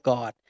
God